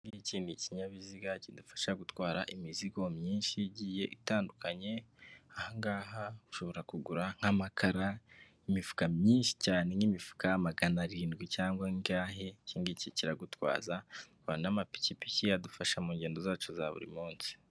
Iki ngiki ni ikinyabiziga kidufasha gutwara imizigo myinshi igiye itandukanye, aha ngaha ushobora kugura nk'amakara, imifuka myinshi cyane nk'imifuka magana arindwi cyangwa angahe, iki ngiki kiragutwaza, hakaba n'amapikipiki adufasha mu ngendo zacu za buri munsi.